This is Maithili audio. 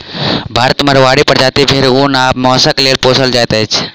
भारतक माड़वाड़ी प्रजातिक भेंड़ ऊन आ मौंसक लेल पोसल जाइत अछि